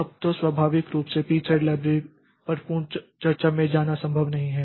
अब तो स्वाभाविक रूप से Pthread लाइब्रेरी पर पूर्ण चर्चा में जाना संभव नहीं है